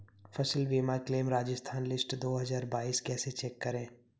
फसल बीमा claim Rajasthan list दो हज़ार बाईस कैसे चेक करें?